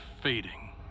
fading